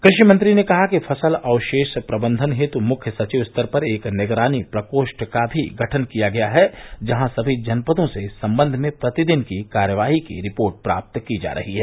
कृषि मंत्री ने कहा कि फसल अवशेष प्रबंधन हेतु मुख्य सचिव स्तर पर एक निगरानी प्रकोष्ठ का भी गठन किया गया है जहां सभी जनपदों से इस सम्बन्ध में प्रतिदिन की कार्यवाही की रिपोर्ट प्राप्त की रही है